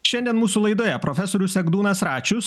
šiandien mūsų laidoje profesorius egdūnas račius